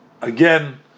again